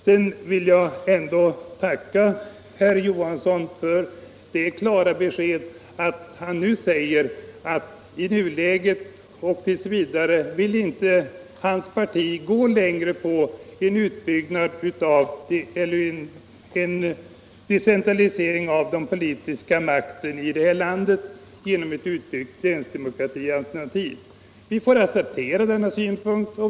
Sedan vill jag tacka herr Johansson för det klara besked han nu lämnat —- nämligen att hans parti i nuläget och t. v. inte vill gå längre i decentralisering av den politiska makten i det här landet genom ett utbyggt länsdemokratialternativ. Vi får acceptera denna ståndpunkt.